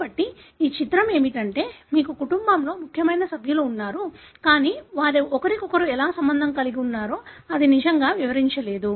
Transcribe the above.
కాబట్టి ఈ చిత్రం ఏమిటంటే మీకు కుటుంబంలో ముఖ్యమైన సభ్యులు ఉన్నారు కానీ వారు ఒకరికొకరు ఎలా సంబంధం కలిగి ఉన్నారో ఇది నిజంగా వివరించలేదు